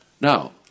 Now